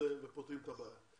ופותרים את הבעיה.